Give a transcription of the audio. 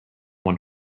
one